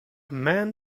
man